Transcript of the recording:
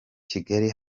kigali